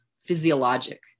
physiologic